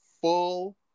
full